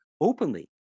openly